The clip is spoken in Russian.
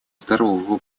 здорового